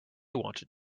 wanted